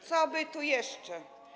Co by tu jeszcze?